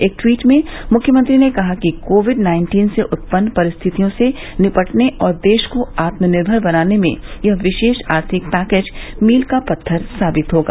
एक ट्वीट में मुख्यमंत्री ने कहा कि कोविड नाइन्टीन से उत्पन्न परिस्थितियों से निपटने और देश को आत्मनिर्भर बनाने में यह विशेष आर्थिक पैकेज मील का पत्थर साबित होगा